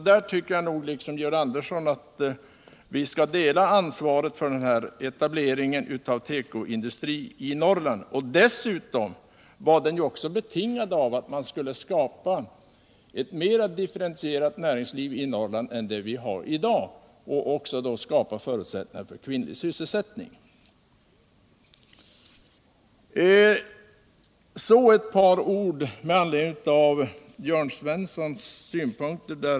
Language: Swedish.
Därför tycker jag liksom Georg Andersson att vi delar ansvaret för etableringen av tekoindustri i Norrland. Denna etablering var dessutom betingad av att man ville skapa ett mer diftferentierat näringsliv i Norrland och av att man ville skapa kvinnlig sysselsättning. Så ett par ord med anledning av Jörn Svenssons synpunkter.